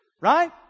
right